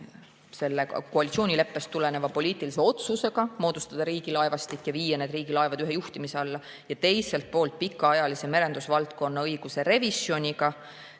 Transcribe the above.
seotud koalitsioonileppest tuleneva poliitilise otsusega moodustada Riigilaevastik ja viia riigi laevad ühe juhtimise alla ja teiselt poolt pikaajalise merendusvaldkonna õiguse revisjoniga,